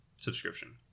subscription